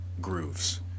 grooves